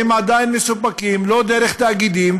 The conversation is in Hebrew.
שמים עדיין מסופקים לא דרך תאגידים,